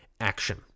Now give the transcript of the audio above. action